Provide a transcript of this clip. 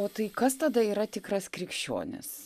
o tai kas tada yra tikras krikščionis